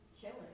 killing